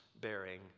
Bearing